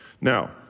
Now